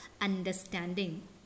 understanding